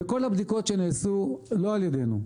בכל הבדיקות שנעשו לא על ידנו,